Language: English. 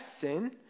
sin